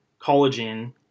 collagen